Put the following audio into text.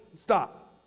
stop